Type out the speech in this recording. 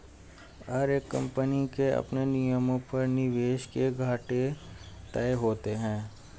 हर एक कम्पनी के अपने नियमों पर निवेश के घाटे तय होते हैं